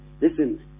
Listen